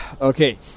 Okay